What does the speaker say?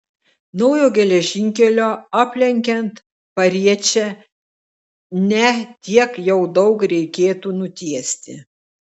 naujo geležinkelio aplenkiant pariečę ne tiek jau daug reikėtų nutiesti